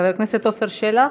חבר הכנסת עפר שלח,